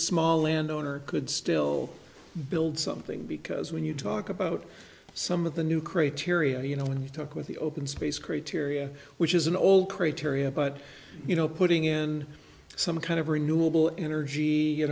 small land owner could still build something because when you talk about some of the new criteria you know when you talk with the open space create area which is an old crate area but you know putting in some kind of renewable energy you